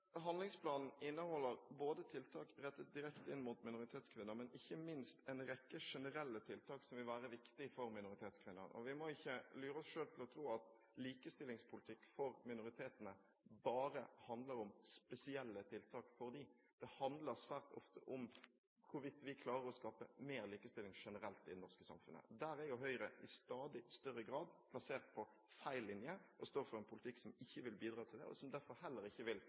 Handlingsplanen inneholder tiltak rettet direkte inn mot minoritetskvinner, men ikke minst en rekke generelle tiltak som vil være viktige for minoritetskvinner. Vi må ikke lure oss selv til å tro at likestillingspolitikk for minoritetene bare handler om spesielle tiltak for dem. Det handler svært ofte om hvorvidt vi klarer å skape mer likestilling generelt i det norske samfunnet. Der er jo Høyre i stadig større grad plassert på feil linje og står for en politikk som ikke vil bidra til det, og som derfor heller ikke vil